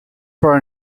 for